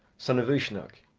son of uisnech,